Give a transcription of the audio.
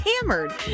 hammered